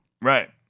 Right